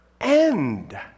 end